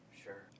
Sure